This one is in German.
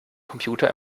computer